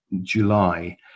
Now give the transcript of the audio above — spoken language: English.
July